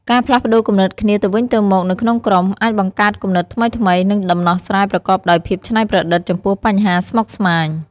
ការផ្លាស់ប្តូរគំនិតគ្នាទៅវិញទៅមកនៅក្នុងក្រុម អាចបង្កើតគំនិតថ្មីៗ និងដំណោះស្រាយប្រកបដោយភាពច្នៃប្រឌិតចំពោះបញ្ហាស្មុគស្មាញ។